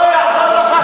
לא יעזור לך שום דבר.